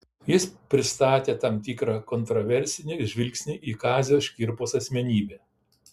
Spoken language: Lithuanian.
jis pristatė tam tikrą kontraversinį žvilgsnį į kazio škirpos asmenybę